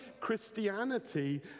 Christianity